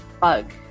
bug